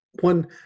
one